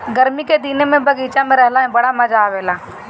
गरमी के दिने में बगीचा में रहला में बड़ा मजा आवेला